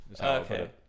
okay